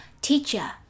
teacher